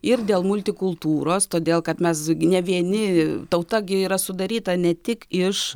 ir dėl multikultūros todėl kad mes gi ne vieni tauta gi yra sudaryta ne tik iš